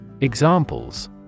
Examples